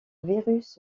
virus